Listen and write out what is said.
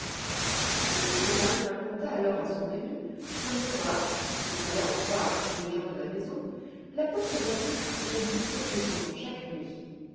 r sesemann raconta alors à son ami comme quoi s'il fallait en croire tous les gens de la maison la porte d'entrée s'ouvrait mystérieusement chaque nuit